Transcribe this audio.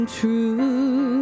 true